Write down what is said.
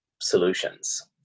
solutions